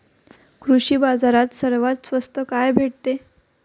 कृषी बाजारात सर्वात स्वस्त काय भेटते?